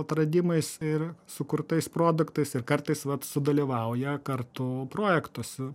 atradimais ir sukurtais produktais ir kartais vat sudalyvauja kartu projektuose